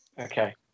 Okay